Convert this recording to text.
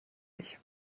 nicht